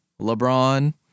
LeBron